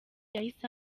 yahise